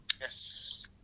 Yes